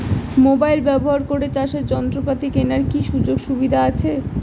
Mobile ব্যবহার করে চাষের যন্ত্রপাতি কেনার কি সুযোগ সুবিধা আছে?